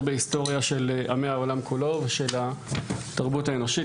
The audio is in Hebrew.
בהיסטוריה של עמי העולם כולו ושל התרבות האנושית,